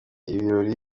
ibirori